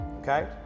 okay